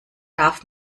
darf